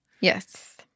Yes